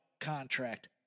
contract